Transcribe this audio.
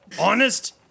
Honest